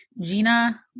Gina